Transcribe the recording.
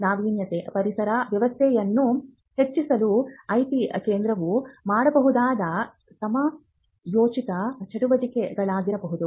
ನಾವೀನ್ಯತೆ ಪರಿಸರ ವ್ಯವಸ್ಥೆಯನ್ನು ಹೆಚ್ಚಿಸಲು ಐಪಿ ಕೇಂದ್ರವು ಮಾಡಬಹುದಾದ ಸಮಯೋಚಿತ ಚಟುವಟಿಕೆಗಳಾಗಿರಬಹುದು